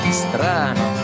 strano